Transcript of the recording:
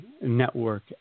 network